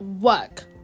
work